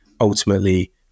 ultimately